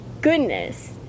goodness